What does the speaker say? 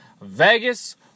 Vegas